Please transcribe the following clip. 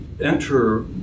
enter